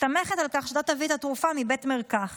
מסתמכת על כך שאתה תביא את התרופה מבית מרקחת,